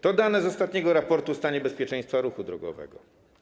To są dane z ostatniego raportu o stanie bezpieczeństwa ruchu drogowego.